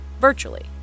virtually